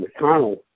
McConnell